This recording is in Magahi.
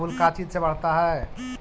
फूल का चीज से बढ़ता है?